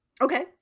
Okay